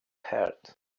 heart